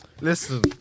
Listen